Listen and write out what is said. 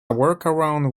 workaround